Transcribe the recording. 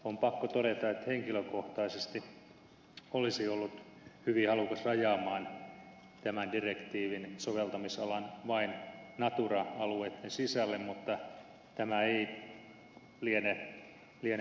on pakko todeta että henkilökohtaisesti olisin ollut hyvin halukas rajaamaan tämän direktiivin soveltamisalan vain natura alueitten sisälle mutta tämä ei liene mahdollista